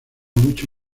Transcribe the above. mucho